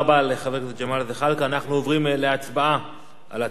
אנחנו עוברים להצבעה על הצעת חוק שכר שווה לעובדת